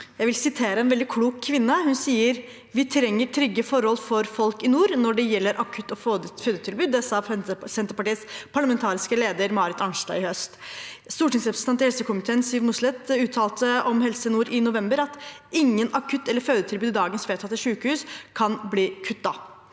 Jeg vil sitere en veldig klok kvinne. Hun sier: «Vi trenger trygge forhold for folk i nord når det gjelder akutt- og fødetilbud.» Det sa Senterpartiets parlamentariske leder, Marit Arnstad, i høst. Stortingsrepresentant i helsekomiteen, Siv Mossleth, uttalte om Helse nord i november: «Ingen akutt- eller fødetilbud i dagens vedtatte sykehusstruktur kan kuttes.»